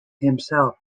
himself